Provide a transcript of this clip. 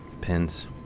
pins